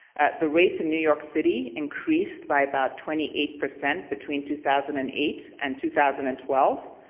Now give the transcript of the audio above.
the rate in new york city increased by about twenty eight percent between two thousand and eight and two thousand and twelve.